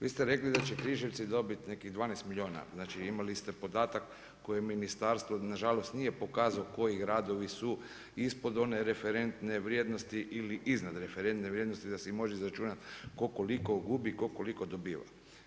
Vi ste rekli da će Križevci dobiti nekih 12 milijuna, znači imali ste podatak koje ministarstvo na žalost nije pokazalo koji gradovi su ispod one referentne vrijednosti ili iznad referentne vrijednosti, da se može izračunati tko koliko gubi, tko koliko dobiva.